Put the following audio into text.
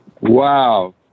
Wow